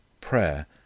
Prayer